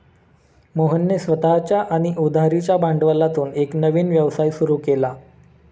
मोहनने स्वतःच्या आणि उधारीच्या भांडवलातून एक नवीन व्यवसाय सुरू केला